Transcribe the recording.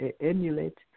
emulate